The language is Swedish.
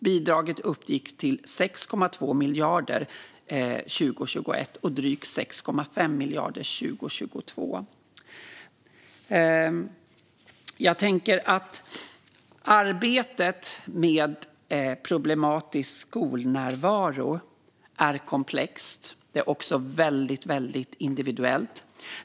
Bidraget uppgick till 6,2 miljarder 2021 och drygt 6,5 miljarder 2022. Arbetet med problematisk skolnärvaro är komplext. Det är också väldigt individuellt.